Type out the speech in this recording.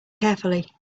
carefully